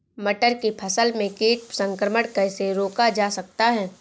मटर की फसल में कीट संक्रमण कैसे रोका जा सकता है?